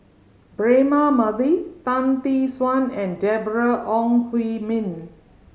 Braema Mathi Tan Tee Suan and Deborah Ong Hui Min